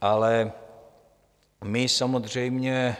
Ale my samozřejmě